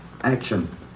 Action